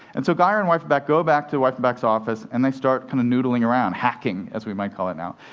and so guier and weiffenbach go back to weiffenbach's office, and they start kind of noodling around hacking, as we might call it now.